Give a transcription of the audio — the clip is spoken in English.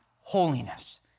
holiness